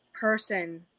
person